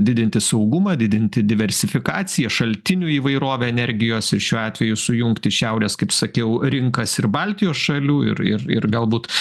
didinti saugumą didinti diversifikaciją šaltinių įvairovę energijos ir šiuo atveju sujungti šiaurės kaip sakiau rinkas ir baltijos šalių ir ir ir galbūt